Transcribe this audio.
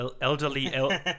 Elderly